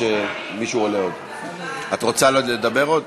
השרה מבקשת לדבר?